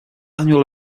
annual